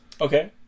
Okay